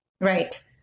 right